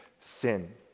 sin